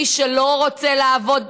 מי שלא רוצה לעבוד,